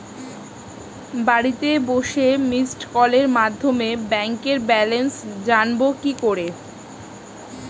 বাড়িতে বসে মিসড্ কলের মাধ্যমে ব্যাংক ব্যালেন্স জানবো কি করে?